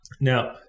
Now